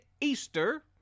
Easter